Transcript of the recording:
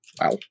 Wow